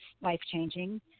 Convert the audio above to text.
life-changing